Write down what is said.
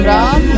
Ram